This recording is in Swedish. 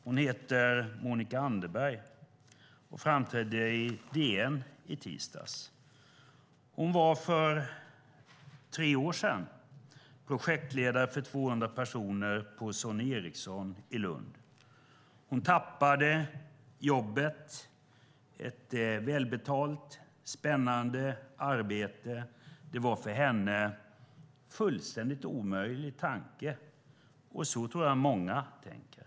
Hon heter Monica Anderberg och framträdde i DN i tisdags. Hon var för tre år sedan projektledare för 200 personer på Sony Ericsson i Lund. Hon tappade jobbet, ett välbetalt och spännande arbete. Det var för henne en fullständigt omöjlig tanke, och så tror jag att många tänker.